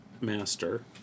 master